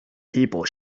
people